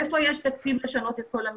מאיפה יש תקציב לשנות את כל המסמכים?